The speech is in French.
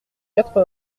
quatre